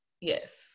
Yes